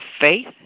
faith